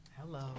Hello